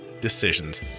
decisions